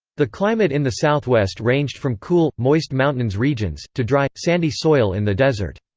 the climate in the southwest ranged from cool, moist mountains regions, to dry, sandy soil in the desert.